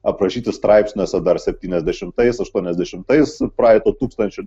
aprašyti straipsniuose dar septyniasdešimtais aštuoniasdešimtais praeito tūkstančio